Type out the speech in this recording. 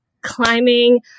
climbing